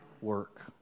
work